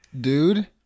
Dude